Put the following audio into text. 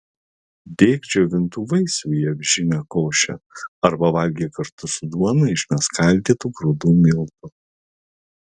dėk džiovintų vaisių į avižinę košę arba valgyk kartu su duona iš neskaldytų grūdų miltų